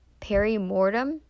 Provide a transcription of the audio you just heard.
perimortem